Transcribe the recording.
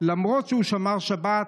למרות שהוא שמר שבת,